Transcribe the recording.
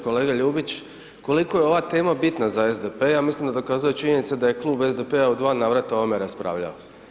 Kolega Ljubić koliko je ova tema bitna za SDP, ja mislim da dokazuje činjenica da je Klub SDP-a u dva navrata o ovome raspravljao.